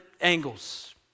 angles